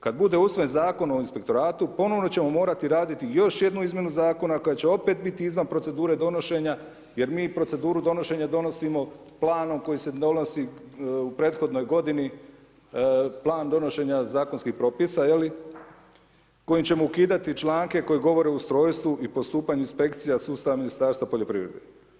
Kad bude usvojen zakon o inspektoratu ponovno ćemo morati raditi još jednu izmjenu zakona koja će opet biti izvan procedure donošenja jer mi proceduru donošenja donosimo planom koji se donosi u prethodnoj godini, plan donošenja zakonskih propisa je li kojim ćemo ukidati članke koji govore o ustrojstvu i postupanju inspekcija ... Ministarstva poljoprivrede.